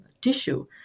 tissue